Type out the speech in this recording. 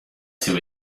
two